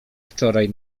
wczoraj